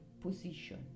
position